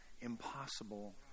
impossible